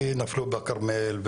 כי נפלו בכרמל,